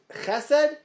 chesed